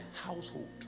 household